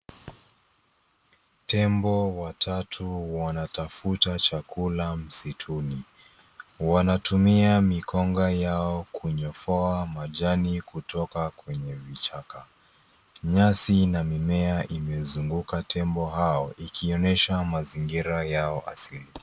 Tembo watatu wanatafuta chakula msituni. Wanatumia mikonga yao kunyofoa majani kutoka kwenye vichaka. Nyasi na mimea imezunguka tembo hao, ikionyesha mazingira yao asili.